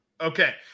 Okay